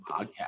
Podcast